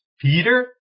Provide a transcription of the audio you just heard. Peter